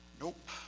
Nope